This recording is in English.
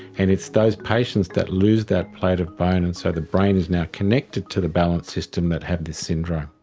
and it's those patients that lose that plate of bone and so the brain is now connected to the balance system that have this syndrome.